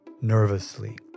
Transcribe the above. nervously